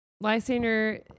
Lysander